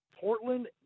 Portland